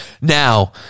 Now